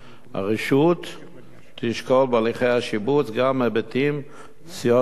הרשות תשקול בהליכי השיבוץ גם היבטים סוציו-אקונומיים,